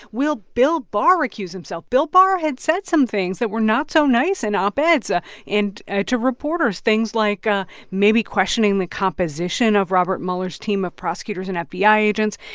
will bill barr recuse himself? bill barr had said some things that were not so nice in op-eds ah and ah to reporters things like ah maybe questioning the composition of robert mueller's team of prosecutors and fbi agents,